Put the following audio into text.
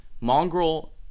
mongrel